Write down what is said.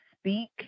speak